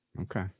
okay